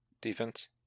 Defense